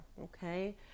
Okay